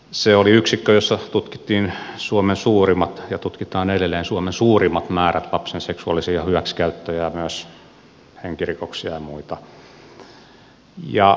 se oli yksikkö jossa tutkittiin ja tutkitaan edelleen suomen suurimmat määrät lapsen seksuaalisia hyväksikäyttöjä ja myös henkirikoksia ja muita